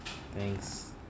thanks